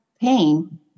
pain